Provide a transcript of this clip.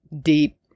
deep